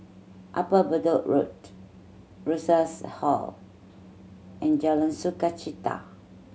Upper Bedok Road Rosas Hall and Jalan Sukachita